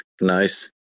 nice